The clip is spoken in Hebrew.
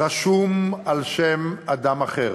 רשום על שם אדם אחר.